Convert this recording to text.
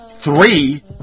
three